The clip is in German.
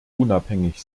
unabhängig